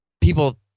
people